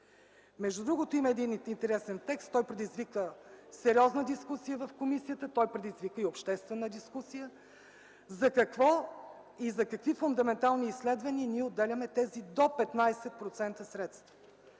Между другото, има един интересен текст. Той предизвика сериозна дискусия в комисията, предизвика и обществена дискусия – за какво и за какви фундаментални изследвания ние отделяме тези до 15% средства?